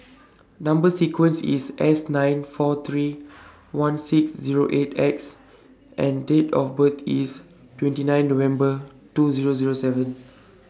Number sequence IS S nine four three one six Zero eight X and Date of birth IS twenty nine November two Zero Zero seven